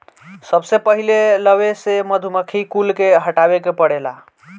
सबसे पहिले लवे से मधुमक्खी कुल के हटावे के पड़ेला